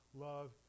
love